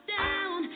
down